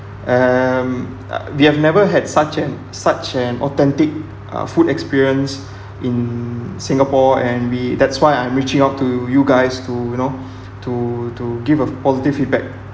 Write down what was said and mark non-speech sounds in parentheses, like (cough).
um uh they have never had such an such an authentic uh food experience (breath) in singapore and we that's why I'm reaching out to you guys to you know (breath) to to give a positive feedback